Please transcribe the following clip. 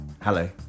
Hello